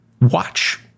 Watch